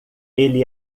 ele